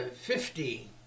fifty